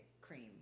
cream